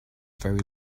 very